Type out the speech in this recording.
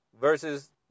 versus